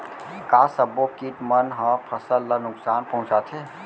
का सब्बो किट मन ह फसल ला नुकसान पहुंचाथे?